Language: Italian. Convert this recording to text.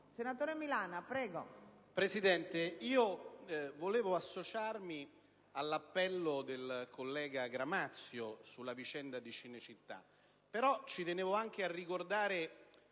Presidente, vorrei associarmi all'appello del collega Gramazio sulla vicenda di Cinecittà, ma ci tenevo anche a ricordare